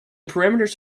parameters